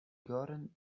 gotten